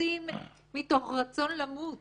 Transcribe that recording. יוצאים מתוך רצון למות.